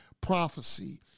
prophecy